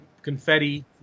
confetti